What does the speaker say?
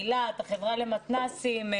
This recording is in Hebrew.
החברה למתנ"סים,